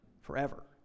forever